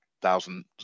thousand